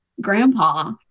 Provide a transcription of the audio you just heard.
Grandpa